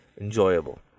enjoyable